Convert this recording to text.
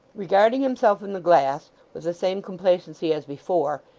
regarding himself in the glass with the same complacency as before,